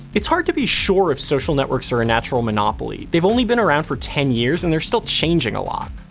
it's hard to be sure if social networks are a natural monopoly. they've only been around for ten years, and they're still changing a lot.